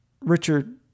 Richard